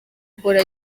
uhora